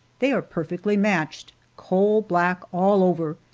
they are perfectly matched coal-black all over,